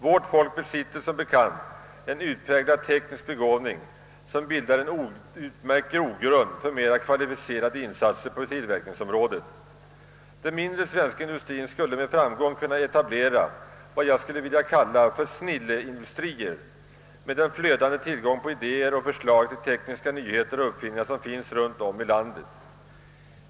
Vårt folk besitter som bekant en utpräglad begåvning, som bildar en utmärkt grogrund för mera kvalificerade insatser på tillverkningsområdet. Den svenska mindre industrien skulle med framgång kunna etablera vad jag skulle vilja kalla snilleindustrier, med den flödande tillgång på idéer och förslag till tekniska nyheter och uppfinningar som finns runt om i landet.